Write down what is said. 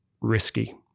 risky